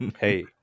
Hey